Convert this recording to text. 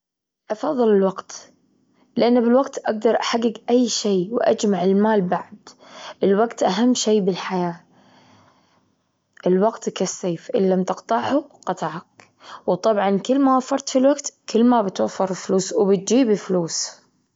أفظل الوقت، لأن بالوقت أجدر أحجج أي شي، وأجمع المال بعد. الوقت أهم شيء بالحياة، الوقت كالسيف، إن لم تقطعه قطعك. وطبعا كل ما وفرت في الوقت كل ما بتوفر فلوس وبتجيب فلوس.